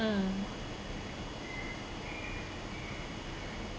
mm